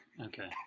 Okay